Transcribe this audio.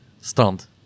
Strand